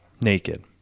naked